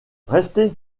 restez